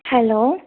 hello